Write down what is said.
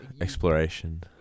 exploration